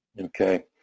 Okay